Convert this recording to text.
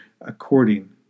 according